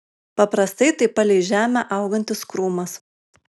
paprastai tai palei žemę augantis krūmas